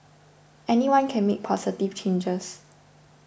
anyone can make positive changes